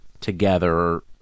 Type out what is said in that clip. together